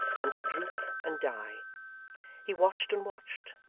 and to droop, and die he watched, and watched,